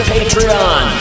Patreon